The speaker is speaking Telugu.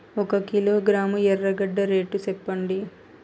ఒక కిలోగ్రాము ఎర్రగడ్డ రేటు సెప్పండి?